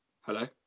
Hello